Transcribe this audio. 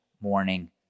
morning